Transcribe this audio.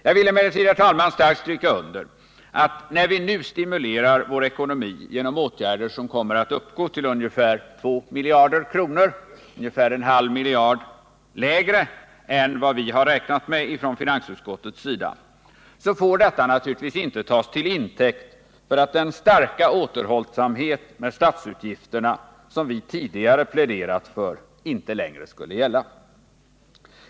Jag vill emellertid, herr talman, starkt stryka under att när vi nu stimulerar vårt lands ekonomi genom åtgärder som kommer att uppgå till ca 2 miljarder kronor — ungefär en halv miljard lägre än vad vi har räknat med från finansutskottets sida — så får detta naturligtvis inte tas till intäkt för att den starka återhållsamhet med statsutgifterna som vi tidigare pläderat för inte längre skulle gälla.